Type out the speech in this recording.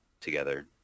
together